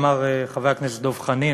אמר חבר הכנסת דב חנין,